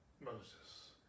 Moses